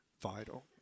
vital